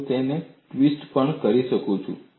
હું તેને ટ્વિસ્ટ પણ કરી શકું છું